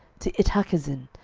to ittahkazin,